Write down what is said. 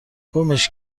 گمش